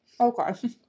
Okay